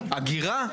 אגירה?